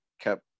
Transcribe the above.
kept